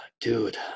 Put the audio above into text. dude